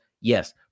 Yes